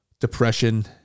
depression